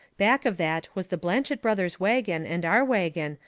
back of that was the blanchet brothers' wagon and our wagon,